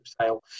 sale